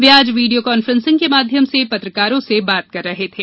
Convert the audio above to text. वे आज वीडियों कॉफेंसिंग के माध्यम से पत्रकारों से बात कर रहे थे